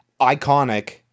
iconic